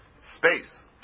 space